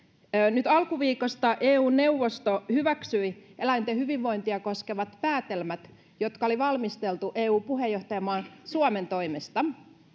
nyt alkuviikosta eun neuvosto hyväksyi eläinten hyvinvointia koskevat päätelmät jotka oli valmisteltu eu puheenjohtajamaa suomen toimesta